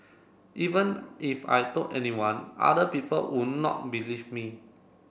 even if I told anyone other people would not believe me